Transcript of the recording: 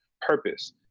purpose